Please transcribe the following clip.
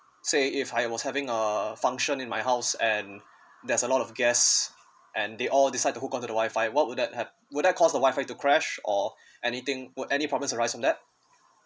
say if I was having a function in my house and there's a lot of guests and they all decide to hook on to the Wi-Fi what would that happen would that cost a Wi-Fi to crash or anything would any problems arise from that